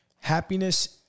happiness